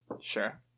Sure